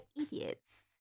idiots